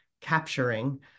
capturing